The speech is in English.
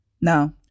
No